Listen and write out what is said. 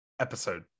episode